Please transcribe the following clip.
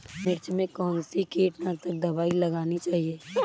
मिर्च में कौन सी कीटनाशक दबाई लगानी चाहिए?